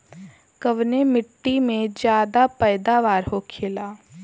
कवने मिट्टी में ज्यादा पैदावार होखेला?